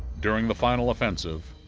during the final offensive,